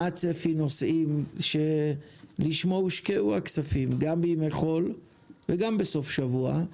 מה צפי הנוסעים שלשמו הושקעו הכספים גם בימי חול וגם בסופי שבוע,